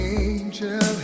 angel